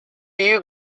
you